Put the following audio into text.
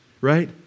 right